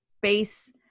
base